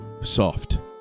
soft